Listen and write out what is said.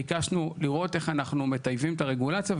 ביקשנו לראות איך אנחנו מטייבים את הרגולציה,